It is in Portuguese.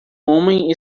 homem